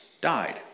died